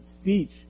speech